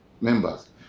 members